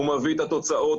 הוא מביא תוצאות,